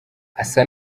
asa